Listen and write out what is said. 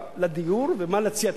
ומה להציע,